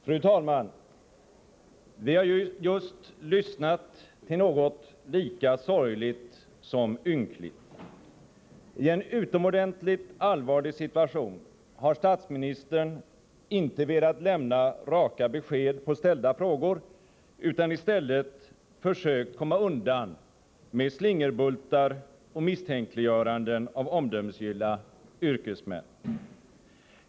Fru talman! Vi har just lyssnat till något lika sorgligt som ynkligt. I en utomordentligt allvarlig situation har statsministern inte velat lämna raka svar på ställda frågor utan i stället försökt att komma undan med slingerbultar och misstänkliggöranden av omdömesgilla yrkesmän.